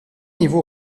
niveaux